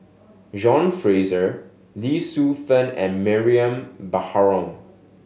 John Fraser Lee Shu Fen and Mariam Baharom